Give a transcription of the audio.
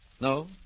No